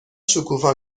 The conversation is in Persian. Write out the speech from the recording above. شکوفا